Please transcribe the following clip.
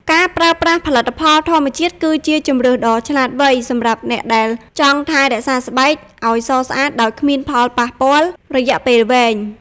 ការប្រើប្រាស់ផលិតផលធម្មជាតិគឺជាជម្រើសដ៏ឆ្លាតវៃសម្រាប់អ្នកដែលចង់ថែរក្សាស្បែកឲ្យសស្អាតដោយគ្មានផលប៉ះពាល់រយៈពេលវែង។